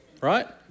right